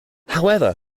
however